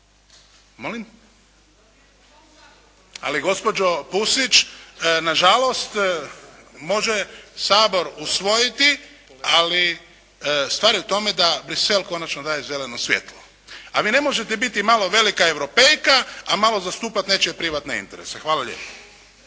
Ali gospođo Pusić, nažalost može Sabor usvojiti ali stvar je u tome da Bruxelles konačno daje zeleno svjetlo. A vi ne možete biti malo velika Europejka a malo zastupati nečije privatne interese. Hvala lijepa.